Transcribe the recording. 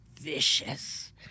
vicious